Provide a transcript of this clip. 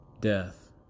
death